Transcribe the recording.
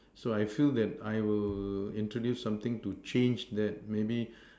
so I feel that I will introduce something to change that maybe